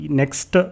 next